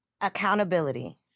Accountability